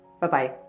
Bye-bye